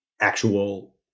actual